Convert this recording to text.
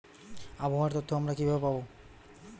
আবহাওয়ার তথ্য আমরা কিভাবে পাব?